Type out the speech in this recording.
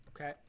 Okay